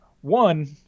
One